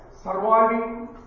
Surviving